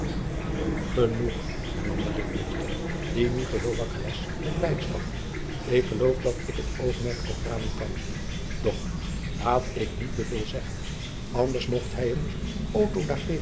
genoeg hernam de ritmeester die nu geheel wakker was met blijdschap ik geloof dat ik het oogmerk al raden kan doch laat ik niet jacob van lennep de pleegzoon te veel zeggen anders mocht hij een